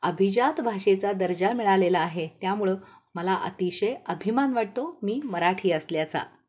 अभिजात भाषेचा दर्जा मिळालेला आहे त्यामुळं मला अतिशय अभिमान वाटतो मी मराठी असल्याचा